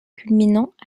culminant